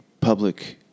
public